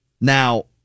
Now